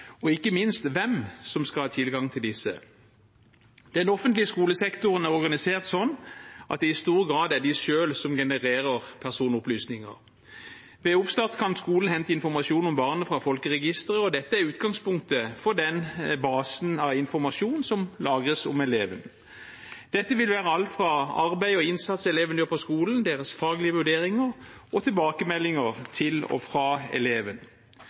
og ikke minst hvem som skal ha tilgang til disse. Den offentlige skolesektoren er organisert sånn at det i stor grad er den selv som genererer personopplysninger. Ved oppstart kan skolen hente informasjon om barnet fra folkeregisteret, og dette er utgangspunktet for den basen av informasjon som lagres om eleven. Dette vil være alt fra arbeid og innsats eleven gjør på skolen, til faglige vurderinger og tilbakemeldinger til og fra eleven.